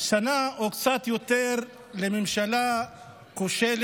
שנה או קצת יותר לממשלה כושלת.